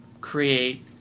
create